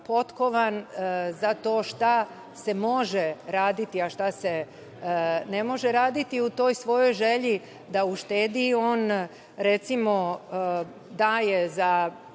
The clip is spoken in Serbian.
potkovan za to šta se može raditi, a šta se ne može raditi. U toj svojoj želji da uštedi on, recimo, daje za